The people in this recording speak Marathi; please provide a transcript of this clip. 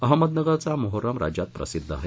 अहमदनगर चा मोहरम राज्यात प्रसिद्ध आहे